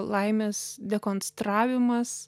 laimės dekonstravimas